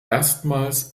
erstmals